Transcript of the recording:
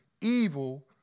evil